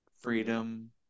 freedom